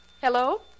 Hello